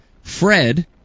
Fred